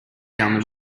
down